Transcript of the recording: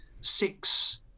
six